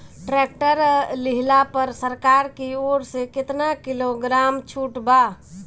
Tractor लिहला पर सरकार की ओर से केतना किलोग्राम छूट बा?